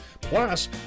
Plus